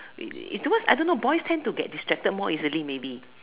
it's towards I don't know boys tend to get distracted more easily maybe